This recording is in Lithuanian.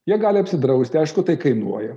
jie gali apsidrausti aišku tai kainuoja